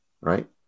Right